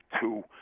two